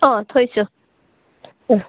অ থৈছোঁ